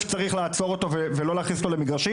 שצריך לעצור אותו ולא להכניס אותו למגרשים.